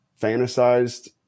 fantasized